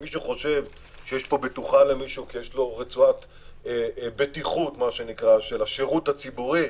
מי שחושב שיש לו בטוחה למישהו כי הוא עובד השירות הציבורי,